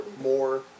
more